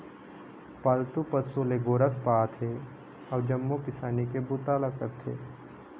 पालतू पशु ले गोरस पाथे अउ जम्मो किसानी के बूता ल करथे